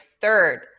third